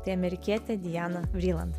tai amerikietė diana vriland